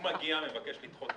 הוא מגיע, מבקש לדחות היום.